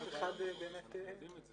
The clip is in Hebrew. זאת אחת הבעיות בחוק הזה.